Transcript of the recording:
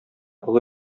олы